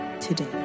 today